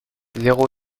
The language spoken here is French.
zéro